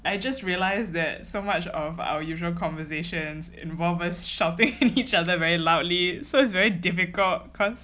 I just realized that so much of our usual conversations involves us shouting in each other very loudly so it's very difficult cause